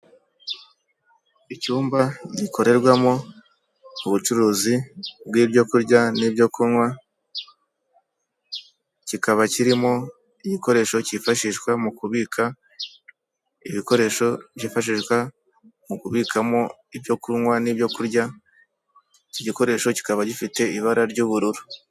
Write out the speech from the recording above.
Icyumba gikorerwamo ubucuruzi bw'ibyokurya n'ibyo kunywa, kikaba kirimo igikoresho cyifashishwa mu kubika, ibikoresho byifashishwa mu kubikamo ibyo kunywa n'ibyokurya iki gikoresho kikaba gifite ibara ry'ubururu.